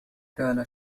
كان